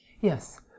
yes